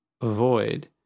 avoid